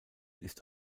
ist